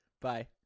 Bye